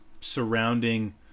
surrounding